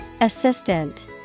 Assistant